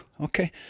okay